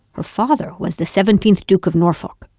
her father was the seventeenth duke of norfolk,